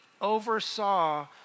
oversaw